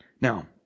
Now